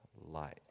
light